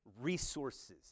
resources